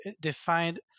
defined